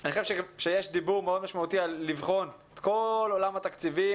אני חושב שיש דיבור מאוד משמעותי של בחינה של כל עולם התקציבים.